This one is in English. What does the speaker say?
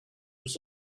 was